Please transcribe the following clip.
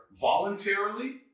voluntarily